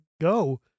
go